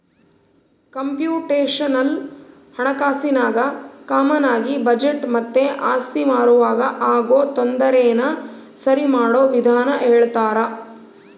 computational ಹಣಕಾಸಿನಾಗ ಕಾಮಾನಾಗಿ budget ಮತ್ತೆ ಆಸ್ತಿ ಮಾರುವಾಗ ಆಗೋ ತೊಂದರೆನ ಸರಿಮಾಡೋ ವಿಧಾನ ಹೇಳ್ತರ